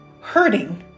hurting